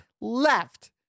Left